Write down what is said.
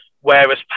whereas